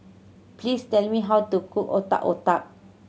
please tell me how to cook Otak Otak